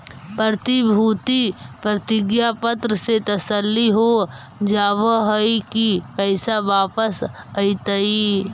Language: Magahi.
प्रतिभूति प्रतिज्ञा पत्र से तसल्ली हो जावअ हई की पैसा वापस अइतइ